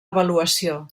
avaluació